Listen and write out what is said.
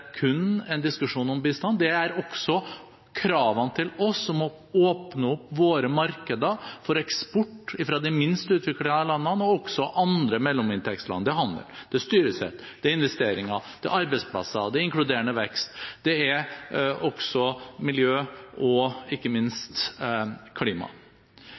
kun en diskusjon om bistand. Det er også krav til oss om å åpne opp våre markeder for eksport fra de minst utviklede landene og også fra mellominntektsland: Det handler om handel, styresett, investeringer, arbeidsplasser, inkluderende vekst, miljø og ikke minst klima